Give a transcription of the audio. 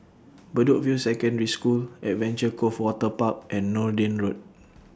Bedok View Secondary School Adventure Cove Waterpark and Noordin Lane